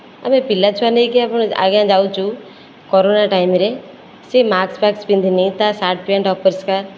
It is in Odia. ଆମେ ପିଲା ଛୁଆ ନେଇକି ଆଜ୍ଞା ଯାଉଛୁ କରୋନା ଟାଇମରେ ସେ ମାସ୍କ ଫାସ୍କ ପିନ୍ଧିନି ତା ସାର୍ଟ ପେଣ୍ଟ ଅପରିଷ୍କାର